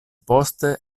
poste